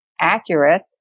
accurate